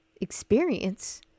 experience